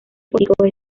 políticos